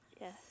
Yes